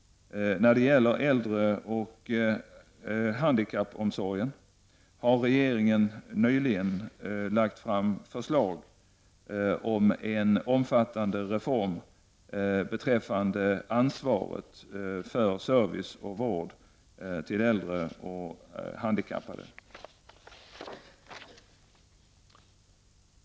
När det gäller äldre och handikappomsorgen har regeringen nyligen lagt fram förslag om en omfattande reform beträffande ansvaret för service och vård till äldre och handikappade.